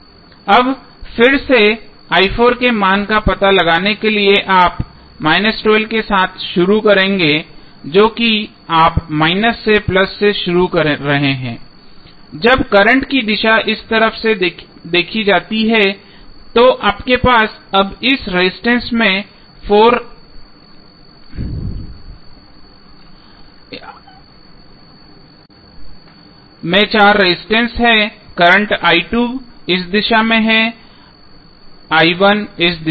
अब फिर से के मान का पता लगाने के लिए आप 12 के साथ शुरू करेंगे जो कि आप माइनस से प्लस से शुरू कर रहे हैं जब करंट की दिशा इस तरफ से देखी जाती है तो आपके पास अब इस रेजिस्टेंस में 4 रेजिस्टेंस हैं करंट इस दिशा में है इस दिशा में है